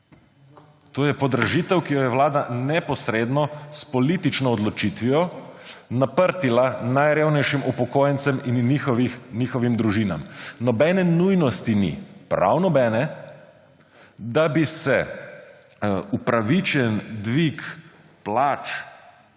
To je podražitev, ki jo je Vlada s politično odločitvijo naprtila neposredno najrevnejšim upokojencem in njihovim družinam. Nobene nujnosti ni, prav nobene, da bi se upravičen dvig plač